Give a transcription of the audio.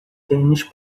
tênis